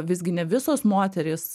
visgi ne visos moterys